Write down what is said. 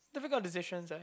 difficult decisions eh